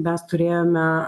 mes turėjome